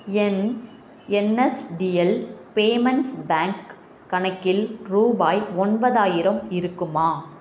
என் NSDL payments bank கணக்கில் ரூபாய் ஒன்பதாயிரம் இருக்குமா